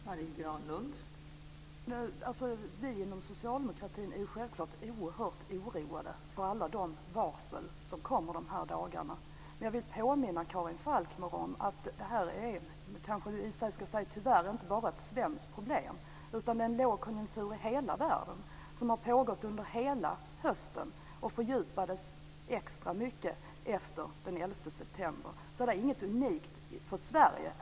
Fru talman! Vi inom socialdemokratin är självklart oerhört oroade över alla de varsel som kommer dessa dagar. Men jag vill påminna Karin Falkmer om att detta tyvärr inte bara är ett svenskt problem. Det är en lågkonjunktur i hela världen som har pågått under hela hösten och som fördjupades efter den 11 september. Det är inget unikt för Sverige.